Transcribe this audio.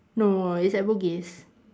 no it's at Bugis